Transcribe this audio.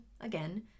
again